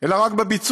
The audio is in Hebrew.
אלא רק בביצוע: